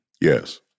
Yes